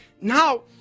Now